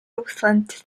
rutland